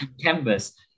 canvas